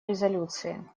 резолюции